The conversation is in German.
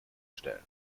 stellen